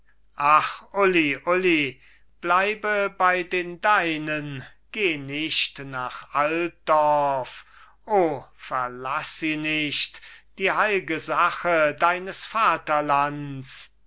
bleibe bei den deinen geh nicht nach altdorf o verlass sie nicht die heil'ge sache deines vaterlands